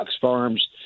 Farms